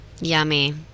Yummy